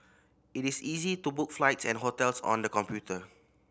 it is easy to book flights and hotels on the computer